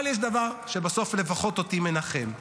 את חוק המאמנים, העברנו.